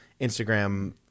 Instagram